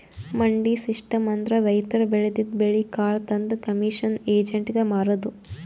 ಮಂಡಿ ಸಿಸ್ಟಮ್ ಅಂದ್ರ ರೈತರ್ ಬೆಳದಿದ್ದ್ ಬೆಳಿ ಕಾಳ್ ತಂದ್ ಕಮಿಷನ್ ಏಜೆಂಟ್ಗಾ ಮಾರದು